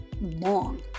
long